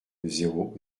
zéro